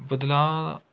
ਬਦਲਾਅ